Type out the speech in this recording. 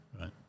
right